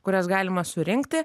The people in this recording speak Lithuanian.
kurias galima surinkti